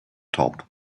top